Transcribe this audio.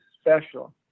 special